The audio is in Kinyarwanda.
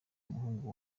umuhungu